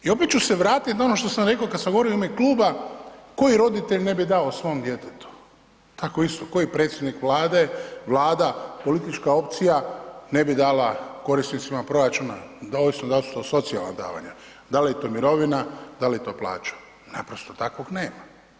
I opet ću se vratiti na ono što sam rekao kada sam govorio u ime kluba koji roditelj ne bi dao svom djetetu, tako isto koji predsjednik Vlade, Vlada, politička opcija ne bi dala korisnicima proračuna ovisno da li su to socijalna davanja, da li je to mirovina, da li je to plaća, naprosto takvog nema.